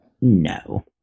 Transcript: no